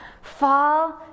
fall